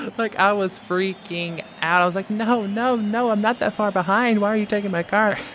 like, i was freaking out. i was like no, no, no, i'm not that far behind. why are you taking my car?